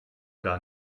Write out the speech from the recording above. gar